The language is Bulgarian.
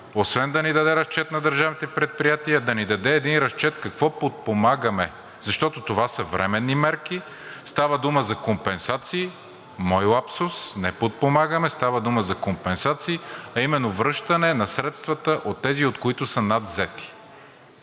освен да ни даде разчет на държавните предприятия, да ни даде един разчет какво подпомагаме, защото това са временни мерки. Става дума за компенсации, мой лапсус, не подпомагане, става дума за компенсации, а именно връщане на средствата от тези, от които са надвзети.